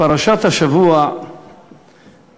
פרשת השבוע מדברת